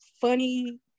funny